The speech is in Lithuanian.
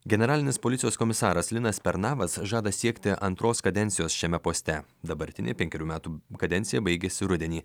generalinis policijos komisaras linas pernavas žada siekti antros kadencijos šiame poste dabartinė penkerių metų kadencija baigiasi rudenį